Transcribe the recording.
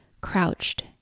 crouched